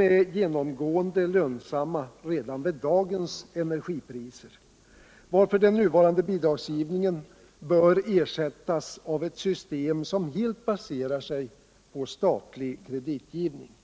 är genomgående lönsamma redan vid dagens energipriser, varför den nuvarande bidragsgivningen bör ersättas av ett system, som helt baseras på statlig kreditgivning.